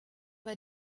war